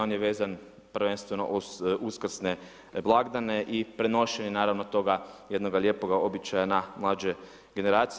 On je vezan prvenstveno uz uskrsne blagdane i prenošenje naravno toga jednoga lijepoga običaja na mlađe generacije.